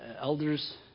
elders